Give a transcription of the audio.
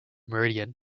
meridian